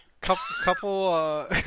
couple